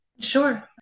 Sure